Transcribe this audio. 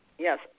Yes